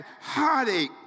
heartache